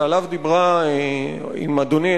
שעליו דיברה עם אדוני,